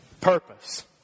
Purpose